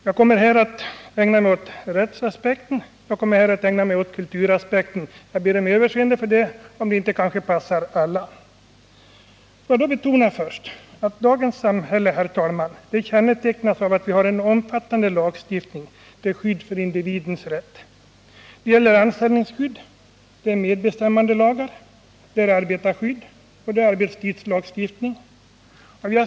Jag kommer för min del att ägna mig åt rättsaspekten liksom åt kulturaspekten, och jag ber om överseende för att detta kanske inte passar alla. Herr talman! Jag vill till att börja med betona att dagens samhälle kännetecknas av att vi har en omfattande lagstiftning till skydd för individen. Det gäller lag om anställningsskydd, det är medbestämmandelagar, det är arbetarskyddsoch arbetstidslagstiftning.